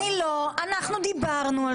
מה שבית המשפט --- אנחנו דיברנו על